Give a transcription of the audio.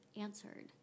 answered